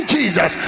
Jesus